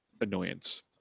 annoyance